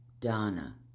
donna